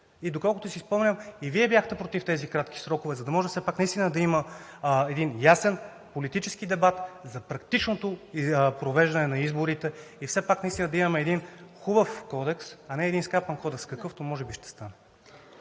Доколкото си спомням, и Вие бяхте против тези кратки срокове, за да може все пак наистина да има един ясен политически дебат за практичното провеждане на изборите. Все пак да имаме хубав Кодекс, а не един скапан кодекс, какъвто може би ще стане.